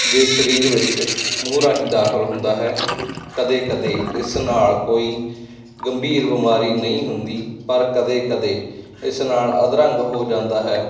ਦੇ ਸਰੀਰ ਵਿੱਚ ਮੂੰਹ ਰਾਹੀਂ ਦਾਖਲ ਹੁੰਦਾ ਹੈ ਕਦੇ ਕਦੇ ਇਸ ਨਾਲ ਕੋਈ ਗੰਭੀਰ ਬਿਮਾਰੀ ਨਹੀਂ ਹੁੰਦੀ ਪਰ ਕਦੇ ਕਦੇ ਇਸ ਨਾਲ ਅਧਰੰਗ ਹੋ ਜਾਂਦਾ ਹੈ